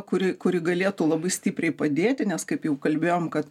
kuri kuri galėtų labai stipriai padėti nes kaip jau kalbėjom kad